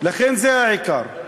לכן זה העיקר.